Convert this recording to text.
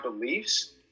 beliefs